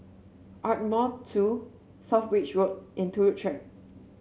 Ardmore Two South Bridge Road and Turut Track